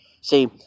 see